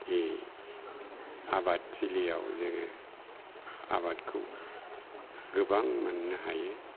बे आबादथिलियाव जोङो आबादखौ गोबां माननो हायो